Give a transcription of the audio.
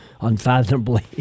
unfathomably